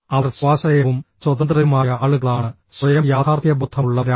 അവർ സ്വാശ്രയവും സ്വതന്ത്രരുമായ ആളുകളാണ് സ്വയം യാഥാർത്ഥ്യബോധമുള്ളവരാണ്